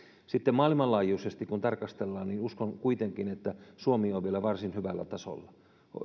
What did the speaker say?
sitten kun maailmanlaajuisesti tarkastellaan niin uskon kuitenkin että suomi on vielä varsin hyvällä tasolla